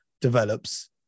develops